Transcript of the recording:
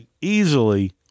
easily